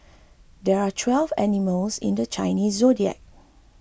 there are twelve animals in the Chinese zodiac